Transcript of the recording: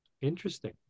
Interesting